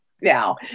now